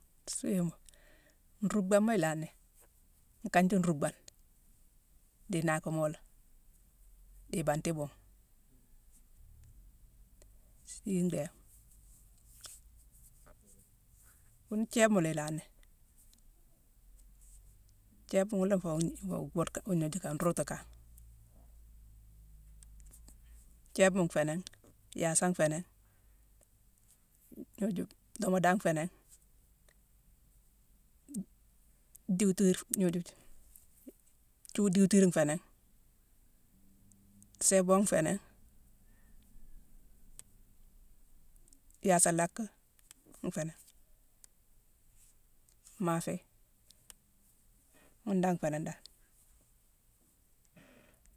Suuéma, nruckbama ilanni, nkanji nruckbane, di inaakumoloma, di ibanti ibuugh. Isii ndéé: wune thiéébma la ilanni. Thiéébma ghuna nféé wuu-gnoju-m-mboode-gnojukama-rundutu kan. Thiéébma nféé nangh, yaasa nféé nangh, doomoda nféé nangh, duwutiir-gnoju, thiuwu duwutiir nféé nangh, séébon nféé nangh, yaasa lack nféé nangh, maafé ghune dan nféé nangh dan.